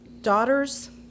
daughter's